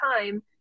time